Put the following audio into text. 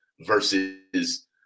versus